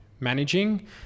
managing